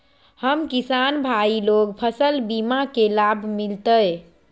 हम किसान भाई लोग फसल बीमा के लाभ मिलतई?